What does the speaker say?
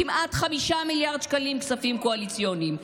כמעט 5 מיליארד שקלים כספים קואליציוניים.